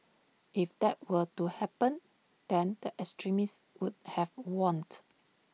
if that were to happen then the extremists would have want